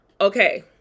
okay